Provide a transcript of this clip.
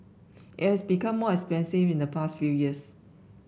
it has become more expensive in the past few years